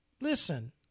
listen